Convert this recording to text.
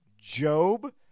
Job